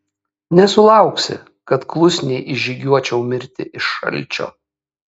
nesulauksi kad klusniai išžygiuočiau mirti iš šalčio